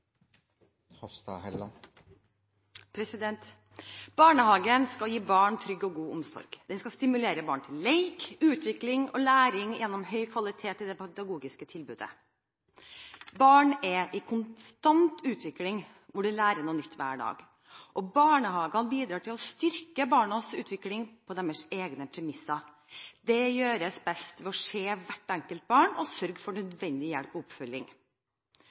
er avsluttet. Barnehagen skal gi barn trygg og god omsorg. Den skal stimulere barn til lek, utvikling og læring gjennom høy kvalitet i det pedagogiske tilbudet. Barn er i konstant utvikling, og de lærer noe nytt hver dag. Barnehagene bidrar til å styrke barnas utvikling på deres egne premisser. Det gjøres best ved å se hvert enkelt barn og sørge for nødvendig hjelp og oppfølging,